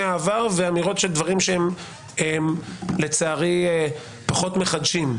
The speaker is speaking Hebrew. העבר ואמירות של דברים שהם לצערי פחות מחדשים,